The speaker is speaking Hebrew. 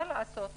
מה לעשות,